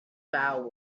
vow